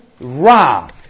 ra